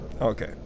Okay